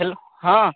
hello हाँ